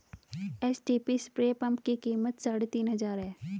HTP spray pump की कीमत साढ़े तीन हजार है